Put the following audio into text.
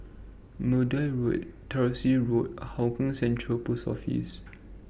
Maude Road Tyersall Road and Hougang Central Post Office